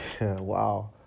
Wow